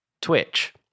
Twitch